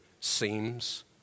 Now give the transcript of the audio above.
seems